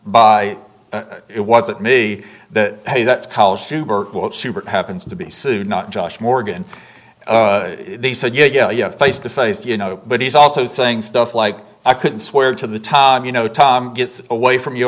by it wasn't me that hey that's college happens to be sued not josh morgan they said yeah yeah yeah face to face you know but he's also saying stuff like i couldn't swear to the tom you know tom gets away from you